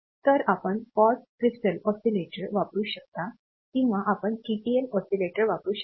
तर आपण quartz crystal oscillator वापरू शकता किंवा आपण TTL ऑसीलेटर वापरू शकता